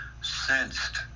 sensed